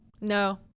No